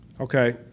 Okay